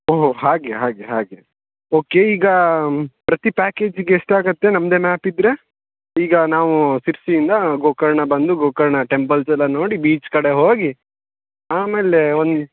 ಹೋ ಹಾಗೆ ಹಾಗೆ ಹಾಗೆ ಓಕೆ ಈಗ ಪ್ರತಿ ಪ್ಯಾಕೇಜಿಗೆ ಎಷ್ಟು ಆಗುತ್ತೆ ನಮ್ಮದೇ ಮ್ಯಾಪ್ ಇದ್ದರೆ ಈಗ ನಾವು ಶಿರ್ಸಿಯಿಂದ ಗೋಕರ್ಣ ಬಂದು ಗೋಕರ್ಣ ಟೆಂಪಲ್ಸ್ ಎಲ್ಲ ನೋಡಿ ಬೀಚ್ ಕಡೆ ಹೋಗಿ ಆಮೇಲೆ ಒಂದು